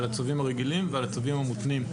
צווים רגילים וצווים מותנים?